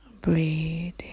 Breathe